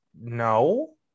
no